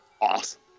awesome